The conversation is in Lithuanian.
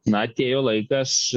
na atėjo laikas